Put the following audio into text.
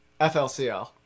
FLCL